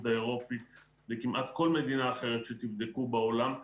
האירופי וכמעט כל מדינה אחרת שתבדקו בעולם,